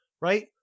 right